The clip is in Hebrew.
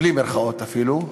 בלי מירכאות אפילו,